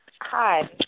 Hi